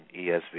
ESV